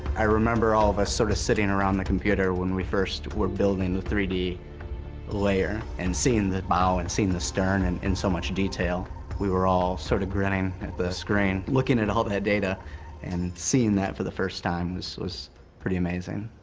i remember all of us sort of sitting around the computer when we first were building the three d layer and seeing the bow and seeing the stern and in so much detail we were all sort of grinning at the screen looking at all their data and seeing that for the first time this was pretty amazing.